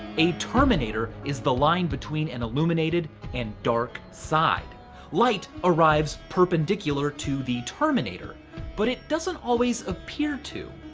a terminator is the line between an illuminated and dark side light arrives perpendicular to the terminator but it doesn't always appear to.